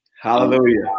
Hallelujah